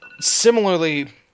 similarly